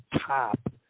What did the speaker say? top